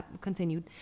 continued